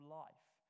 life